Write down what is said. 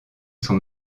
son